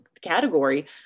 category